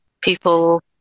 people